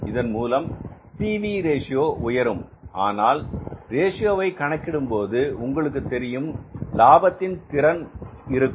இதன் மூலம் P V ratio PV Ratio உயரும் ஆனால் ரேஷியோவை கணக்கிடும்போது உங்களுக்கு தெரியும் லாபத்தின் திறன் இருக்கும்